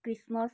Christmas